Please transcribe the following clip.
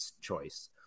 choice